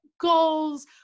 goals